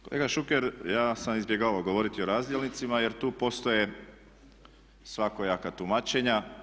Kolega Šuker ja sam izbjegavao govoriti o razdjelnicima jer tu postoje svakojaka tumačenja.